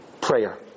prayer